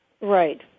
Right